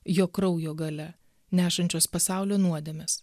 jo kraujo galia nešančios pasaulio nuodėmes